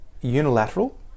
unilateral